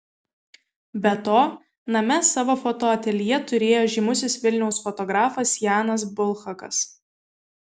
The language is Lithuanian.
be to name savo fotoateljė turėjo žymusis vilniaus fotografas janas bulhakas